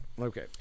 Okay